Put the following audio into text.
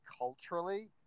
culturally